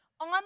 on